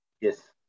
yes